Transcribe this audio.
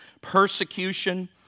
persecution